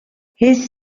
his